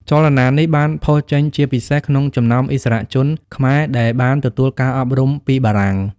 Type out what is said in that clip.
ចលនានេះបានផុសចេញជាពិសេសក្នុងចំណោមឥស្សរជនខ្មែរដែលបានទទួលការអប់រំពីបារាំង។